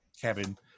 Kevin